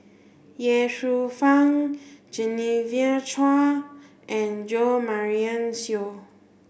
Ye Shufang Genevieve Chua and Jo Marion Seow